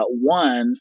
One